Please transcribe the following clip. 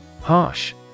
Harsh